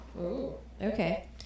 okay